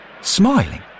smiling